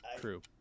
true